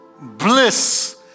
bliss